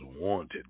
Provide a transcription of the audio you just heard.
wanted